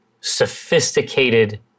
sophisticated